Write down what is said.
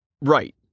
Right